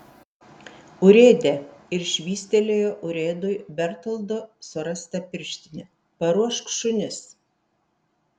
urėde ir švystelėjo urėdui bertoldo surastą pirštinę paruošk šunis